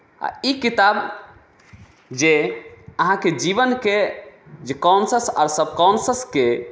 आ ई किताब जे अहाँके जीवनके जे कॉन्सस आओर सबकॉन्ससके